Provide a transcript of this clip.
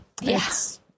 Yes